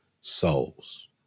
souls